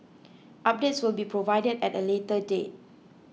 updates will be provided at a later date